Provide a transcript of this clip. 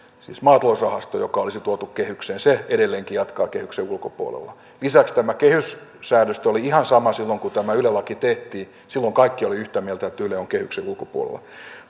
siis maatalousrahasto joka olisi tuotu kehykseen se edelleenkin jatkaa kehyksen ulkopuolella lisäksi tämä kehyssäädöstö oli ihan sama silloin kun tämä yle laki tehtiin silloin kaikki olivat yhtä mieltä että yle on kehyksen ulkopuolella